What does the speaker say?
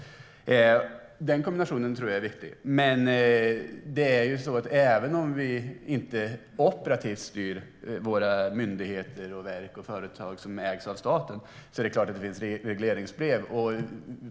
Den kombinationen tror jag är viktig. Även om vi inte operativt styr våra myndigheter, verk och företag som ägs av staten är det klart att det finns regleringsbrev.